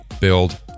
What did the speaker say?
build